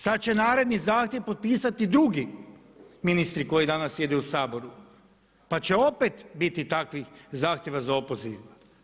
Sad će naredni zahtjev potpisati drugi ministri koji danas sjede u Saboru pa će opet biti takvih zahtjeva za opoziv.